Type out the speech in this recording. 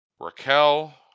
Raquel